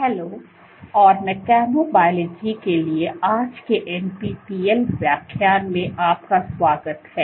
hello और मैकेनोलॉजी के लिए आज के एनपीटीईएल व्याख्यान में आपका स्वागत है